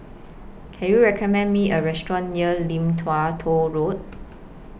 Can YOU recommend Me A Restaurant near Lim Tua Tow Road